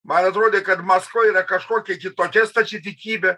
man atrodė kad maskva yra kažkokia kitokia stačiatikybė